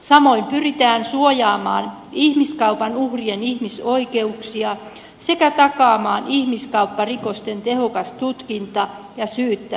samoin pyritään suojaamaan ihmiskaupan uhrien ihmisoikeuksia sekä takaamaan ihmiskaupparikosten tehokas tutkinta ja syyttäminen